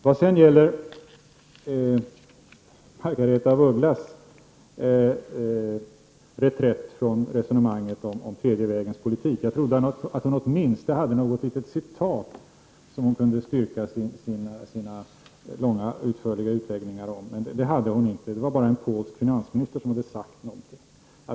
Vad sedan gäller Margaretha af Ugglas reträtt från resonemanget om tredje vägens politik vill jag säga att jag trodde att hon åtminstone hade något litet citat som hon kunde styrka sina långa utförliga utläggningar med, men det hade hon inte. Det var bara en polsk finansminister som hade sagt någonting.